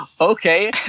Okay